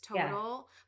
total